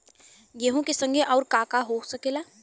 गेहूँ के संगे अउर का का हो सकेला?